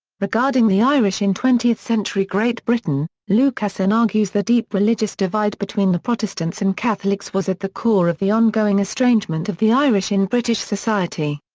regarding the irish in twentieth century great britain, lucassen argues the deep religious divide between the protestants and catholics was at the core of the ongoing estrangement of the irish in british society.